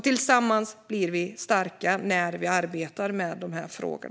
Tillsammans blir vi starka när vi arbetar med dessa frågor.